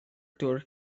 dŵr